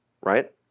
right